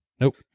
nope